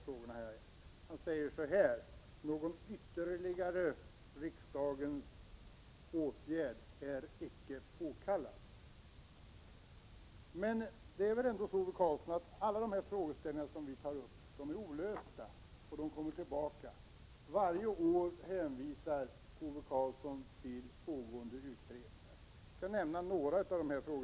Han säger nämligen att någon ytterligare riksdagens åtgärd icke är påkallad. Alla dessa frågor som vi har tagit upp, Ove Karlsson, är väl ändå olösta? De kommer ständigt tillbaka, och varje år hänvisar Ove Karlsson till pågående utredningar. Jag skall nämna några av dessa. Ove Karlsson!